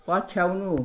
पछ्याउनु